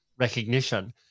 recognition